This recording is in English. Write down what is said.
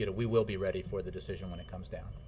you know we will be ready for the decision when it comes down.